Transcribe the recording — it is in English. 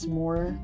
more